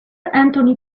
anthony